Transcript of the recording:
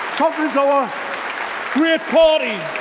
conference, our great party